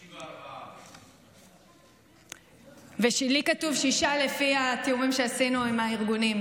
54. לי כתוב 56 לפי התיאומים שעשינו עם הארגונים.